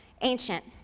ancient